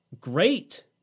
Great